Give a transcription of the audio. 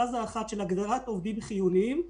פאזה אחת, הגדרת עובדים חיוניים.